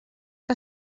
que